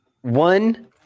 one